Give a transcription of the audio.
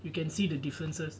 you can see the differences